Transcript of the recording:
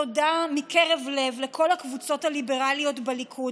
תודה מקרב לב לכל הקבוצות הליברליות בליכוד